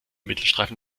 mittelstreifen